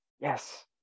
Yes